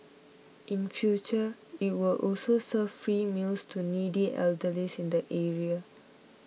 in future it will also serve free meals to needy elderly the area